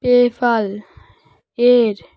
PayPal এর